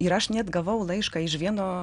ir aš net gavau laišką iš vieno